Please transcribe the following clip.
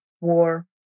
war